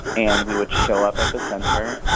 and we would show up at the center.